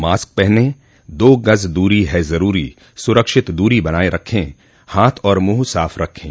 mask पहनें दो गज़ दूरी है ज़रूरी सुरक्षित दूरी बनाए रखें हाथ और मुंह साफ रखें